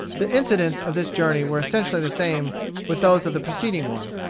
the incidents of this journey were essentially the same with those of the preceding one,